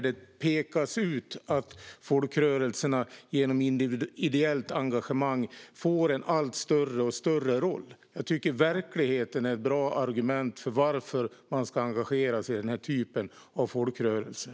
Det pekas där ut att folkrörelserna genom ideellt engagemang får en allt större roll. Jag tycker att verkligheten är ett bra argument för varför man ska engagera sig i den här typen av folkrörelser.